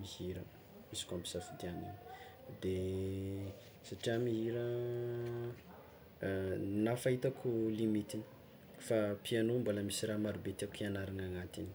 mihira, izy koa ampisafidianina de satrià mihira, na fahitako limitiny fa piano mbola misy raha marobe tiàko hiagnarana anatiny.